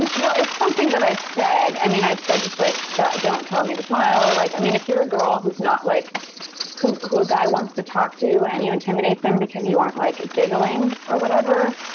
and well, it's something that i've said. i mean i've said just like stop don't tell me to smile or like, i mean, if you're a girl who's not like who who a guy wants to talk to and you intimidate them because you aren't like giggling or whatever,